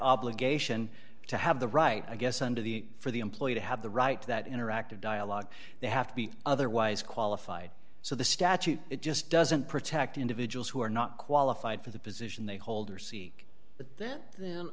obligation to have the right i guess under the for the employee to have the right that interactive dialogue they have to be otherwise qualified so the statute it just doesn't protect individuals who are not qualified for the position they hold or seek